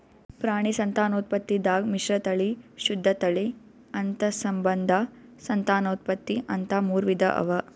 ಪ್ರಾಣಿ ಸಂತಾನೋತ್ಪತ್ತಿದಾಗ್ ಮಿಶ್ರತಳಿ, ಶುದ್ಧ ತಳಿ, ಅಂತಸ್ಸಂಬಂಧ ಸಂತಾನೋತ್ಪತ್ತಿ ಅಂತಾ ಮೂರ್ ವಿಧಾ ಅವಾ